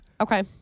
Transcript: Okay